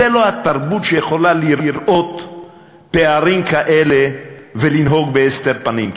זה לא התרבות שיכולה לראות פערים כאלה ולנהוג בהסתר פנים,